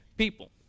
people